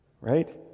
right